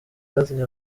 bwatumye